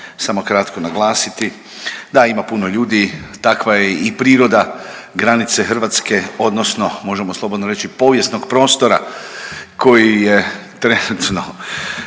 samo kratko naglasiti. Da ima puno ljudi, takva je i priroda granice Hrvatske odnosno možemo slobodno reći povijesnog prostora koji je trenutno